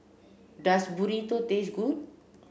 does Burrito taste good